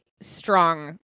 strong